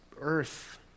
earth